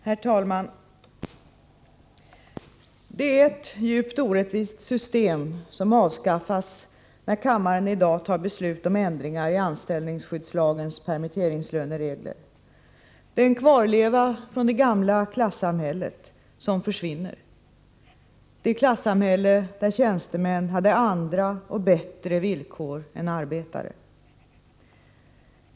Herr talman! Det är ett djupt orättvist system som avskaffas när kammaren i dag tar beslut om ändringar i anställningsskyddslagens permitteringslöneregler. En kvarleva från det gamla klassamhället kommer därmed att försvinna, det klassamhälle där tjänstemän hade andra och bättre villkor än arbetare.